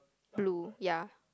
blue ya